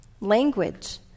Language